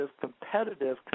competitive